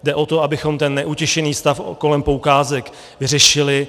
Jde o to, abychom neutěšený stav kolem poukázek vyřešili.